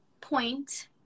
point